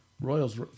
Royals